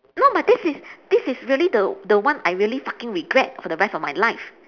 no but this is this is really the the one I really fucking regret for the rest of my life